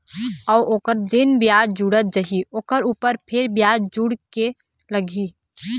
अऊ ओखर जेन बियाज जुड़त जाही ओखर ऊपर फेर बियाज जुड़ के लगही